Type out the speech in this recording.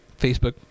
Facebook